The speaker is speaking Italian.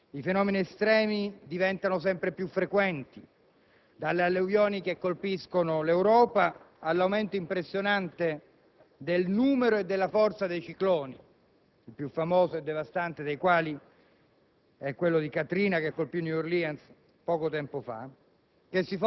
ne iniziano infatti ad osservare le conseguenze anche alle nostre latitudini. I fenomeni estremi diventano sempre più frequenti: dalle alluvioni che colpiscono l'Europa all'aumento impressionante del numero e della forza dei cicloni (il più famoso e devastante dei quali